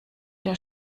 der